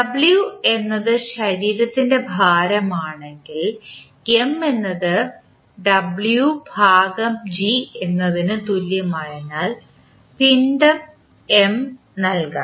W എന്നത് ശരീരത്തിൻറെ ഭാരം ആണെങ്കിൽ M എന്നത് Wg എന്നതിന് തുല്യമായതിനാൽ പിണ്ഡം M നൽകാം